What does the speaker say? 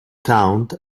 count